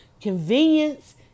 Convenience